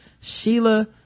Sheila